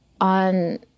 on